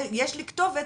יש לי כתובת,